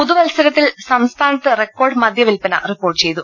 പുതുവത്സരത്തിൽ സംസ്ഥാനത്ത് റെക്കോർഡ് മദ്യവിൽപ്പന റിപ്പോർട്ട് ചെയ്തു